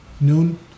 noon